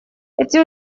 эти